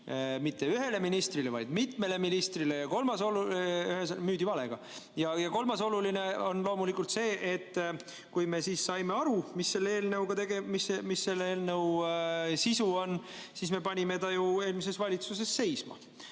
mitte ühele ministrile, vaid mitmele ministrile, oli see, et müüdi valega. Kolmas oluline asi on loomulikult see, et kui me saime aru, mis selle eelnõu sisu on, siis me panime ta ju eelmises valitsuses seisma.